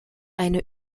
eine